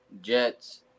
Jets